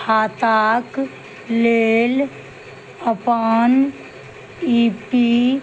खाताक लेल अपन ई पी